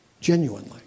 Genuinely